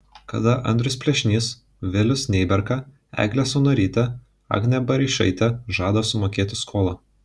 kada andrius plėšnys vilius neiberka eglė saunorytė agnė bareišaitė žada sumokėti skolą